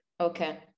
okay